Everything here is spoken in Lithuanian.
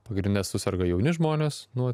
pagrindine suserga jauni žmonės nuo